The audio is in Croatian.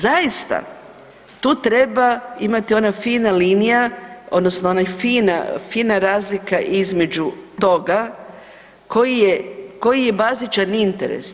Zaista tu treba imati ona fina linija odnosno ona fina razlika između toga koji je bazičan interes.